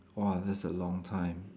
!wah! that's a long time